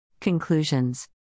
Conclusions